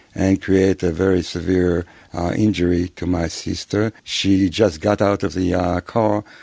and create a very severe injury to my sister. she just got out of the ah car,